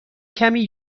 کمی